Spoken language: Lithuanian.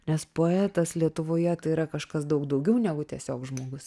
nes poetas lietuvoje tai yra kažkas daug daugiau negu tiesiog žmogus